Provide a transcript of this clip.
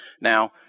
now